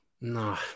No